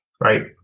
Right